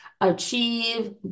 achieve